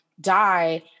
die